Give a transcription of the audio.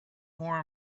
more